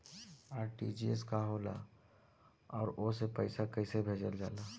RTGS का होला आउरओ से पईसा कइसे भेजल जला?